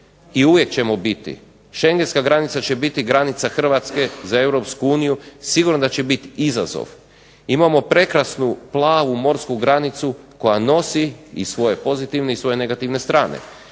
i uvijek ćemo biti. Shengenska granica će biti granica Hrvatske za Europsku uniju. Sigurno da će bit izazov. Imamo prekrasnu plavu morsku granicu koja nosi svoje pozitivne i svoje negativne strane.